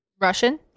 Russian